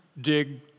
dig